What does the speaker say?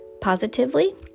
positively